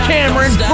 Cameron